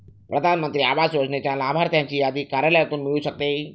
प्रधान मंत्री आवास योजनेच्या लाभार्थ्यांची यादी कार्यालयातून मिळू शकते